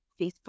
Facebook